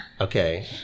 Okay